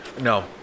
No